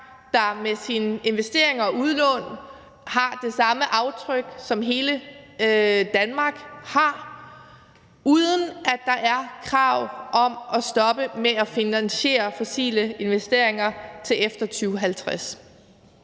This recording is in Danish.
der med sine investeringer og udlån har det samme aftryk, som hele Danmark har, uden at der er krav om at stoppe med at finansiere fossile investeringer til efter 2050.